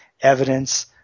evidence